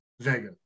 Vega